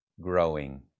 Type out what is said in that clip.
growing